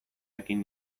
ekin